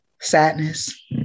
Sadness